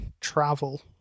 travel